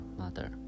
mother